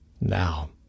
Now